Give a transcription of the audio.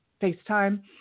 FaceTime